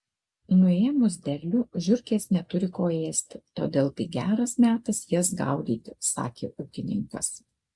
nuėmus derlių žiurkės neturi ko ėsti todėl tai geras metas jas gaudyti sakė ūkininkas